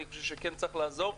אני חושב שצריך לעזור.